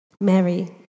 Mary